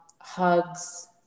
hugs